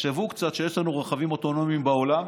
תחשבו קצת שיש לנו רכבים אוטונומיים בעולם